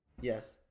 Yes